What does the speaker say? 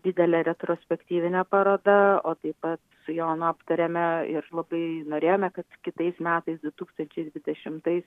didelė retrospektyvinė paroda o taip pa su jonu aptarėme ir labai norėjome kad kitais metais du tūkstančiai dvidešimtais